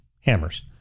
hammers